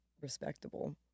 respectable